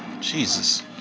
Jesus